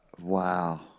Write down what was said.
Wow